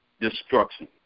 destruction